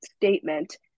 statement